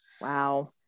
Wow